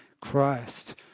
Christ